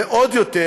ועוד יותר,